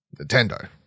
Nintendo